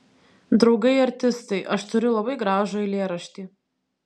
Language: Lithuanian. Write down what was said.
draugai artistai aš turiu labai gražų eilėraštį